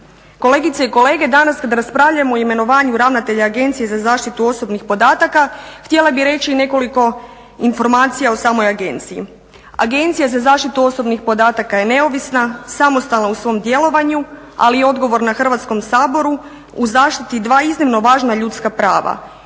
Kolegice i kolege, danas kad raspravljamo o imenovanju ravnatelja Agencije za zaštitu osobnih podataka htjela bih reći i nekoliko informacija o samoj agenciji. Agencija za zaštitu osobnih podataka je neovisna, samostalna u svom djelovanju ali i odgovorna Hrvatskom saboru u zaštiti dva iznimno važna ljudska prava.